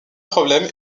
problème